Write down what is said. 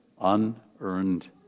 unearned